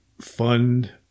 fund